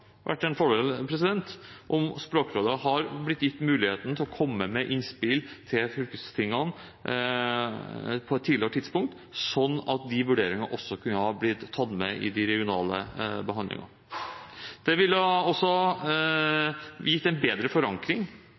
vært en fordel om Språkrådet hadde blitt gitt muligheten til å komme med innspill til fylkestingene på et tidligere tidspunkt, slik at de vurderingene også kunne blitt tatt med i den regionale behandlingen. Det ville også gitt en bedre forankring.